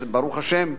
ברוך השם,